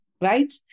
right